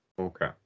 Okay